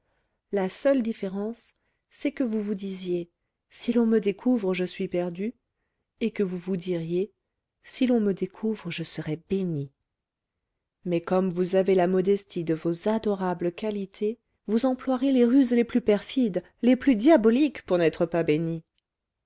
la seule différence c'est que vous vous disiez si l'on me découvre je suis perdue et que vous vous diriez si l'on me découvre je serai bénie mais comme vous avez la modestie de vos adorables qualités vous emploierez les ruses les plus perfides les plus diaboliques pour n'être pas bénie